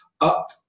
up